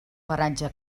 paratge